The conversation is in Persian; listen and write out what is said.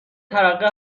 ترقه